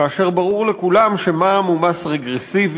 כאשר ברור לכולם שמע"מ הוא מס רגרסיבי,